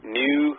new